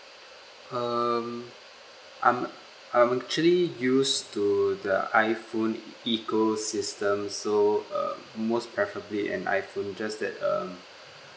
um I'm I'm actually used to the iphone ecosystem so uh most preferably an iphone just that um